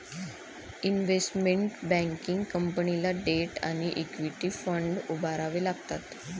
investment banking कंपनीला debt आणि equity fund उभारावे लागतात